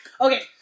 Okay